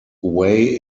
way